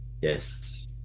yes